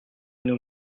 nous